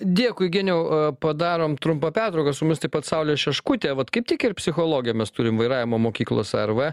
dėkui geniau padarom trumpą pertrauką su mumis taip pat saulė šeškutė vat kaip tik ir psichologę mes turim vairavimo mokyklos arv